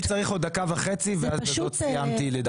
אני צריך עוד דקה וחצי ואז סיימתי לדבר.